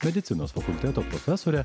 medicinos fakulteto profesore